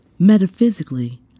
Metaphysically